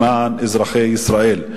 למען אזרחי ישראל.